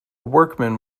workman